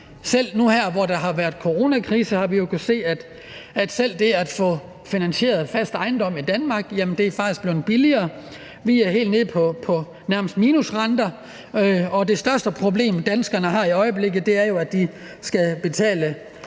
selv nu her hvor der har været coronakrise, kunnet se, at det at få finansieret fast ejendom i Danmark faktisk er blevet billigere. Vi er helt nede på nærmest minusrenter, og det største problem, danskerne har i øjeblikket, er jo, at de skal betale